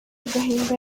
agahinda